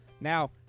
Now